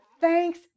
thanks